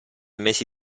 mese